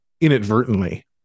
inadvertently